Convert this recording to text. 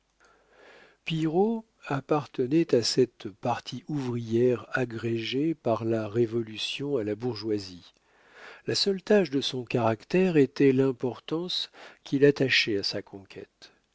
pillerault appartenait à cette partie ouvrière agrégée par la révolution à la bourgeoisie la seule tache de son caractère était l'importance qu'il attachait à sa conquête